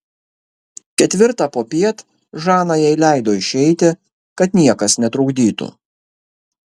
ketvirtą popiet žana jai leido išeiti kad niekas netrukdytų